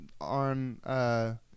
on –